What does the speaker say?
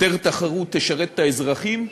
יותר תחרות תשרת את האזרחים,